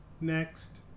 Next